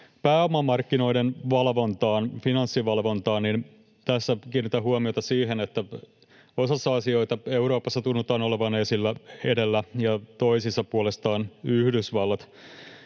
pääomamarkkinoiden valvontaan, finanssivalvontaan, niin tässä kiinnitän huomiota siihen, että osassa asioita Euroopassa tunnutaan olevan edellä ja toisissa puolestaan Yhdysvalloissa.